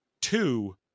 Two